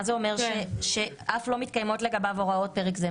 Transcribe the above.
מה זה אומר שלא מתקיימות לגביו הוראות פרק זה.